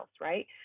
right